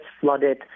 flooded